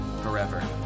forever